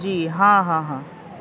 جی ہاں ہاں ہاں